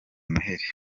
noheli